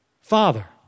Father